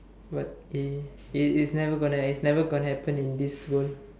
but it it's it's never it's never gonna happen in this world